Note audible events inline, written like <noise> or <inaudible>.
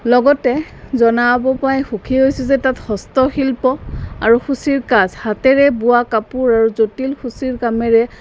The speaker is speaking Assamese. লগতে জনাব পায় সুখী হৈছোঁ যে তাত হস্তশিল্প আৰু <unintelligible> কাজ হাতেৰে বোৱা কাপোৰ আৰু জটিল <unintelligible> কামেৰে